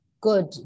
good